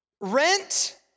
Rent